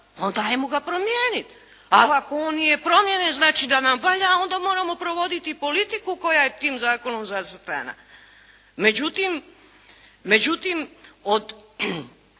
onda hajmo ga promijeniti. Ali ako on nije promijenjen znači da nam valja i onda moramo provoditi politiku koja je tim zakonom zacrtana. Međutim, od